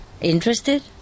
Interested